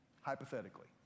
hypothetically